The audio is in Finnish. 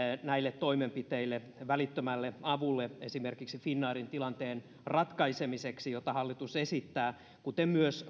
näille toimenpiteille esimerkiksi välittömälle avulle finnairin tilanteen ratkaisemiseksi jota hallitus esittää kuten myös